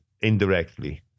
indirectly